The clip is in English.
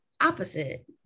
opposite